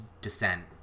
descent